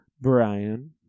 Brian